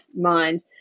mind